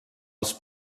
als